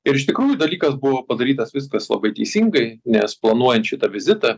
ir iš tikrųjų dalykas buvo padarytas viskas labai teisingai nes planuojant šitą vizitą